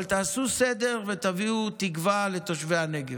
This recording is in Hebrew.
אבל תעשו סדר ותביאו תקווה לתושבי הנגב.